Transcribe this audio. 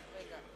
רגע,